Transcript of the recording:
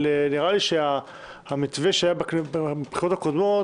אבל נדמה לי שהמתווה שהיה בבחירות הקודמות,